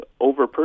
over